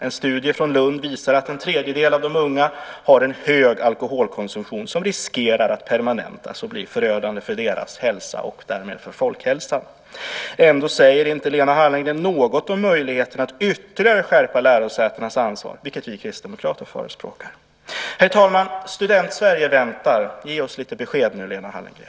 En studie från Lund visar att en tredjedel av de unga har en hög alkoholkonsumtion som riskerar att permanentas och bli förödande för deras hälsa och därmed för folkhälsan. Ändå säger inte Lena Hallengren något om möjligheterna att ytterligare skärpa lärosätenas ansvar, vilket vi kristdemokrater förespråkar. Herr talman! Student-Sverige väntar. Ge oss besked nu, Lena Hallengren!